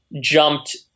jumped